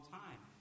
time